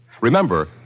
Remember